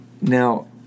Now